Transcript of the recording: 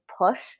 push